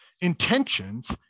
intentions